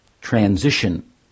transition